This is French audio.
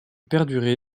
perdurer